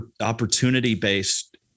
opportunity-based